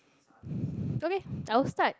okay I will start